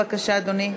בבקשה, אדוני.